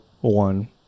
one